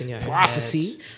prophecy